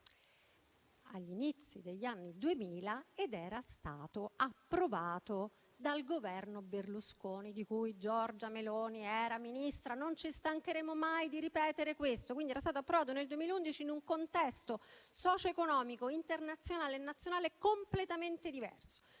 agli inizi degli anni Duemila ed era stato approvato dal Governo Berlusconi, di cui Giorgia Meloni era Ministra. Non ci stancheremo mai di ripeterlo. Era stato approvato nel 2011 in un contesto socio-economico, internazionale e nazionale completamente diverso.